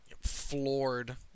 floored